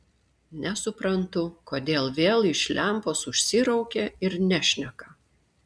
nesuprantu kodėl vėl iš lempos užsiraukė ir nešneka